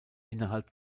innerhalb